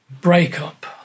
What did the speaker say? breakup